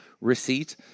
receipt